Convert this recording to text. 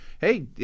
hey